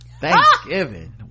Thanksgiving